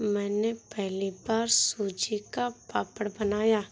मैंने पहली बार सूजी का पापड़ बनाया